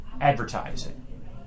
advertising